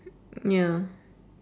ya